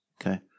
Okay